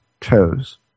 toes